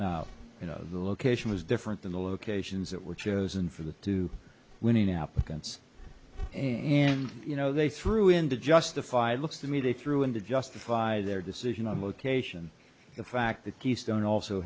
location location was different than the locations that were chosen for the two winning applicants and you know they threw in to justify it looks to me they threw in to justify their decision on location the fact that keystone also